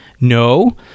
No